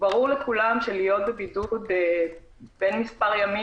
ברור לכולם שלהיות בבידוד בין מספר ימים